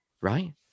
right